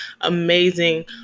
amazing